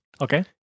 Okay